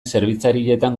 zerbitzarietan